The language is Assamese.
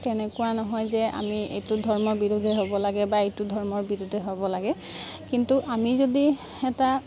তেনেকুৱা নহয় যে আমি এইটো ধৰ্ম বিৰোধে হ'ব লাগে বা এইটো ধৰ্মৰ বিৰোধে হ'ব লাগে কিন্তু আমি যদি এটা